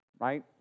Right